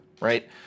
right